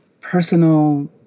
personal